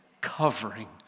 covering